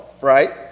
right